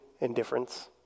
indifference